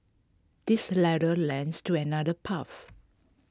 this ladder lads to another path